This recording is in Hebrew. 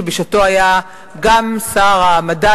שבשעתו היה גם שר המדע,